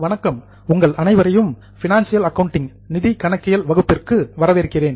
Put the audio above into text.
வணக்கம் உங்கள் அனைவரையும் பினான்சியல் அக்கவுண்டிங் நிதி கணக்கியல் வகுப்பிற்கு வரவேற்கிறேன்